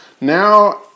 now